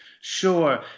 Sure